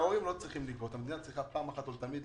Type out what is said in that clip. לא צריך לגבות מההורים, המדינה צריכה להכניס את